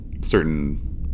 certain